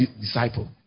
disciple